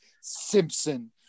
Simpson